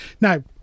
Now